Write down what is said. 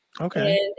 Okay